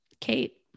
Kate